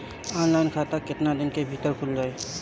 Online खाता केतना दिन के भीतर ख़ुल जाई?